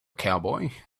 cowboy